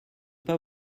pas